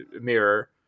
mirror